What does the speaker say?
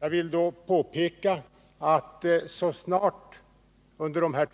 Jag vill påpeka att — under de här